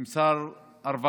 עם שר הרווחה,